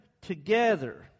together